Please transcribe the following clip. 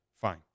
Fine